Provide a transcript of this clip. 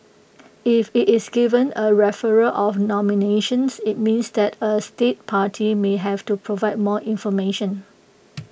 if IT is given A referral of nomination IT means that A state party may have to provide more information